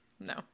No